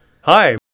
Hi